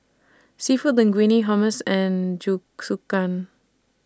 Seafood Linguine Hummus and Jingisukan